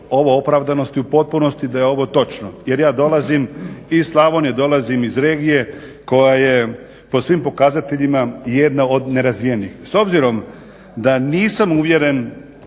ovu opravdanost i u potpunosti da je ovo točno. Jer ja dolazim iz Slavonije, dolazim iz regije koja je po svim pokazateljima jedna od nerazvijenijih. S obzirom da nisam uvjeren